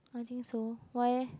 I think so why eh